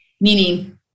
meaning